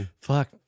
fuck